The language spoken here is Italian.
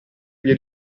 vie